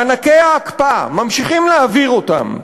מענקי ההקפאה, ממשיכים להעביר אותם.